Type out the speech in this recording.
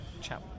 chat